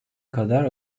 kadar